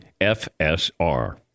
FSR